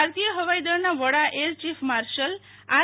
ભારતીય હવાઈ દળના વડા એરચીફ માર્શલ આર